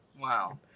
Wow